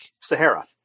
Sahara